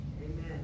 Amen